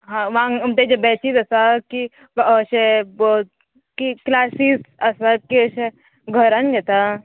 हां वांग तेजे बॅसीस आसा की अशे की क्लासीस आसा की अशे घरान घेता